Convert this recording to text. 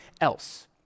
else